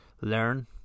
learn